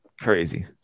Crazy